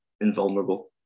invulnerable